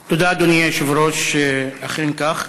תודה, אדוני היושב-ראש, אכן כך.